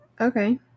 Okay